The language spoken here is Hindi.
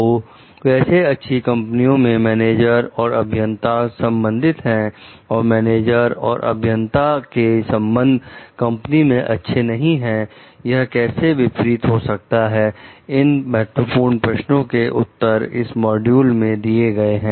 तो कैसे अच्छी कंपनियों में मैनेजर और अभियंता संबंधित है और मैनेजर और अभियंता के संबंध कंपनी में अच्छे नहीं है यह कैसे विपरीत हो सकता है इन महत्वपूर्ण प्रश्नों के उत्तर इस मॉड्यूल में दिए गए हैं